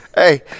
Hey